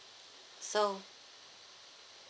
so